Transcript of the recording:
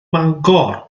mangor